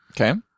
Okay